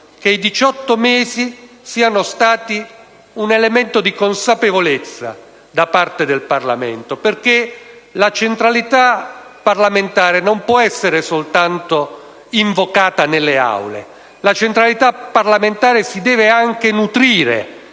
dei 18 mesi sia stata un elemento di consapevolezza da parte del Parlamento. Perché la centralità parlamentare non può essere soltanto invocata nelle Aule: la centralità parlamentare si deve anche nutrire